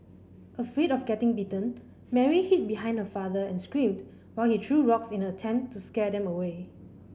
afraid of getting bitten Mary hid behind her father and screamed while he threw rocks in an attempt to scare them away